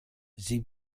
sie